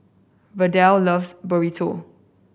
Verdell loves Burrito